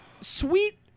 sweet